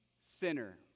Sinner